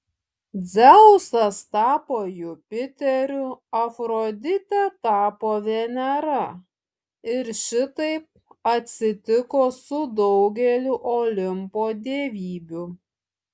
dzeusas tapo jupiteriu afroditė tapo venera ir šitaip atsitiko su daugeliu olimpo dievybių